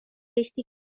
eesti